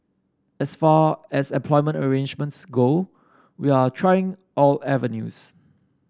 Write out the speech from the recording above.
as far as employment arrangements go we are trying all avenues